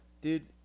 Dude